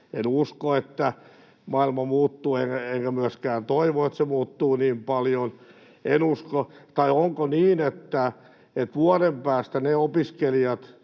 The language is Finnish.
En usko, että maailma muuttuu, enkä myöskään toivo, että se muuttuu niin paljon. Tai onko niin, että vuoden päästä se